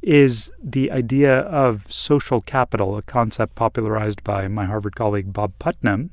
is the idea of social capital, a concept popularized by my harvard colleague bob putnam.